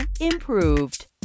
improved